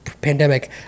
Pandemic